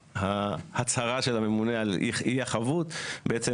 וההצרה של הממונה על אי החבות בעצם